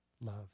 love